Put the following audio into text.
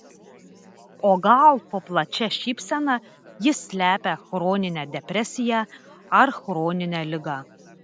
o gal po plačia šypsena ji slepia chroninę depresiją ar chroninę ligą